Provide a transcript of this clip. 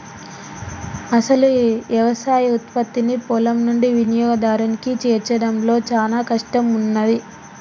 అసలు యవసాయ ఉత్పత్తిని పొలం నుండి వినియోగదారునికి చేర్చడంలో చానా కష్టం ఉన్నాది